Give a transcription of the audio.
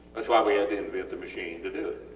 thats why we had to invent a machine to do it,